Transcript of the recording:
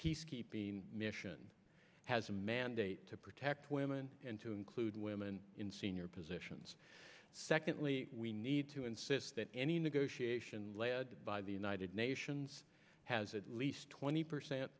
peacekeeping mission has a mandate to protect women and to include women in senior positions secondly we need to insist that any negotiation led by the united nations has at least twenty percent